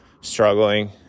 struggling